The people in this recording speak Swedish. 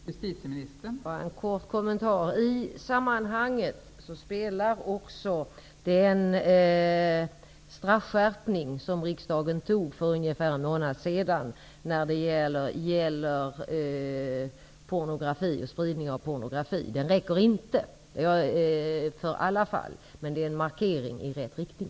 Fru talman! Av betydelse i sammanhanget är också den skärpning av straffet för spridning av pornografi som riksdagen fattade beslut om för ungefär en månad sedan. Denna straffskärpning räcker inte, men det är ändå en markering i rätt riktning.